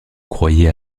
croyez